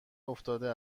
افتاده